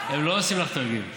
הם לא עושים לך תרגיל.